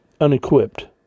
unequipped